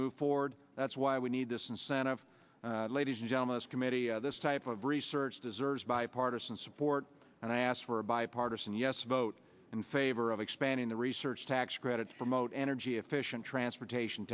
move forward that's why we need this incentive ladies and gentlemen this committee this type of research deserves bipartisan support and i asked for a bipartisan yes vote in favor of expanding the research tax credits for most energy efficient transportation